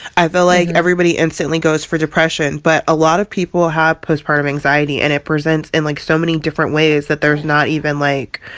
i feel like everybody instantly goes for depression, but a lot of people have postpartum anxiety and it presents in, like, so many different ways that there's not even, like,